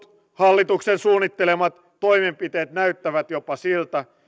hallituksen suunnittelemat toimenpiteet näyttävät jopa siltä